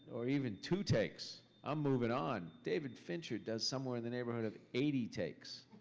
or even two takes, i'm moving on. david fincher does somewhere in the neighborhood of eighty takes.